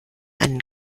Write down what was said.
einen